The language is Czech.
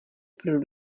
pro